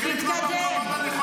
חלב בסופר?